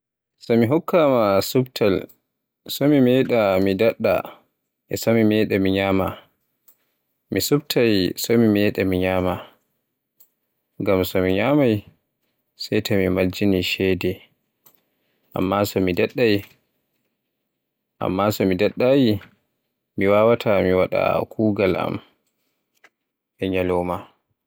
So mi hokkama suftaal to meɗa mi daɗɗa e so min nyama, mi suftaal to mi meda mi nyama. Ngam so mi daɗɗayi mi wawaata mi waɗa kugaal am e nyalauma.